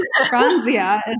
Franzia